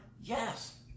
Yes